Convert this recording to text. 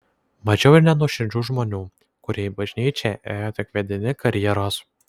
mačiau ir nenuoširdžių žmonių kurie į bažnyčią ėjo tik vedini karjeros